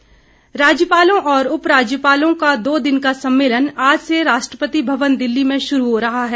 सम्मेलन राज्यपालों और उपराज्यपालों का दो दिन का सम्मेलन आज से राष्ट्रपति भवन दिल्ली में शुरू हो रहा है